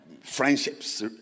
friendships